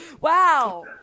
Wow